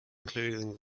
including